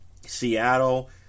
Seattle